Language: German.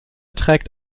trägt